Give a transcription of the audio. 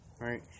right